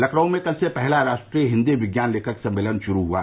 लखनऊ में कल से पहला राष्ट्रीय हिन्दी विज्ञान लेखक सम्मेलन शुरू हुआ